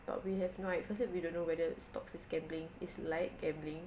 but we have no i~ firstly we don't know whether stocks with gambling is like gambling